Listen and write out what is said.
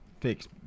fixed